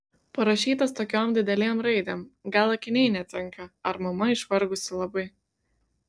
parašytas tokiom didelėm raidėm gal akiniai netinka ar mama išvargusi labai